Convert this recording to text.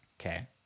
Okay